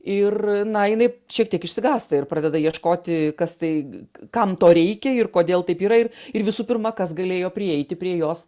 ir na jinai šiek tiek išsigąsta ir pradeda ieškoti kas tai kam to reikia ir kodėl taip yra ir ir visų pirma kas galėjo prieiti prie jos